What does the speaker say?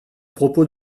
propos